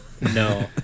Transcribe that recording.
No